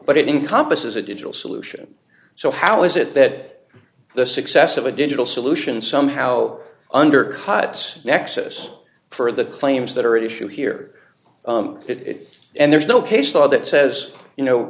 but it encompasses a digital solution so how is it that the success of a digital solution somehow undercuts nexus for the claims that are at issue here it and there's no case law that says you know